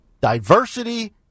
Diversity